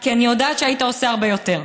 כי אני יודעת שהיית עושה הרבה יותר,